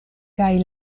kaj